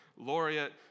laureate